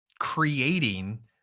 creating